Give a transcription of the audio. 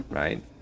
right